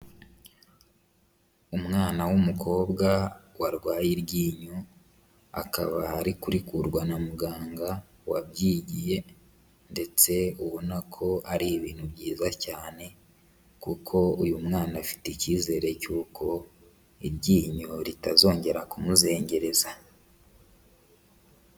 Umwana w'umukobwa warwaye iryinyo, akaba ari kurikurwa na muganga wabyigiye ndetse ubona ko ari ibintu byiza cyane kuko uyu mwana afite icyizere cy'uko iryinyo ritazongera kumuzengereza.